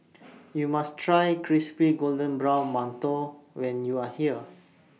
YOU must Try Crispy Golden Brown mantou when YOU Are here